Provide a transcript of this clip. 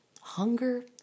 hunger